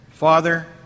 Father